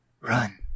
Run